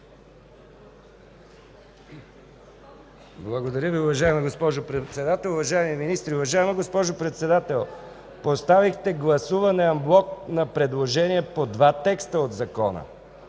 Благодаря Ви, уважаема госпожо Председател. Уважаеми министри! Уважаема госпожо Председател, поставихте гласуване анблок на предложение по два текста от закона.